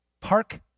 park